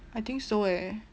I think so eh